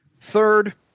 Third